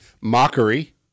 Mockery